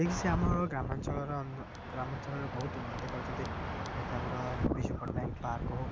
ଯେ କି ସେ ଆମର ଗ୍ରାମାଞ୍ଚଳର ଗ୍ରାମାଞ୍ଚଳରେ ବହୁତ ଉନ୍ନତି କରିଛନ୍ତି ଯାହାକି ଆମର ବିଜୁ ପଟ୍ଟନାୟକ ପାର୍କ ହଉ